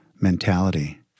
mentality